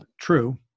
true